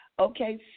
Okay